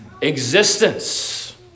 existence